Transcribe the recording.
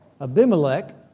Abimelech